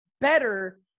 better